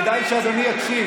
כדאי שאדוני יקשיב.